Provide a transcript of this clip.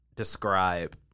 Describe